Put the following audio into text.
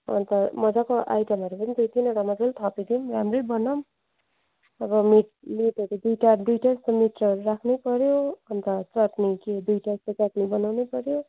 अन्त मजाको आइटमहरू पनि दुई तिनवटा मजाले थपिदिउँ राम्रै बनाउँ अब मिट मिटहरू दुइवटा दुइवटा जस्तो मिटहरू राख्नै पऱ्यो अन्य चटनी के दुइवटा जस्तो चटनी बनाउँनै पऱ्यो